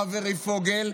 חברי פוגל,